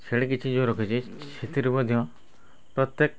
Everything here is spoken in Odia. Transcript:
ଛେଳି କିଛି ଯେଉଁ ରଖିଛି ସେଥିରୁ ମଧ୍ୟ ପ୍ରତ୍ୟେକ